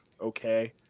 okay